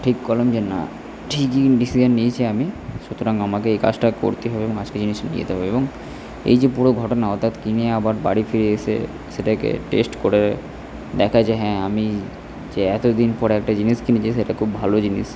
ঠিক করলাম যে না ঠিকই ডিসিশান নিয়েছি আমি সুতরাং আমাকে এই কাজটা করতেই হবে এবং আজকে জিনিসটা নিয়ে যেতে হবে এবং এই যে পুরো ঘটনা অর্থাৎ কিনে আবার বাড়ি ফিরে এসে সেটাকে টেস্ট করে দেখা যে হ্যাঁ আমি যে এতো দিন পরে একটা জিনিস কিনেছি সেটা খুব ভালো জিনিস